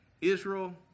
Israel